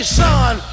son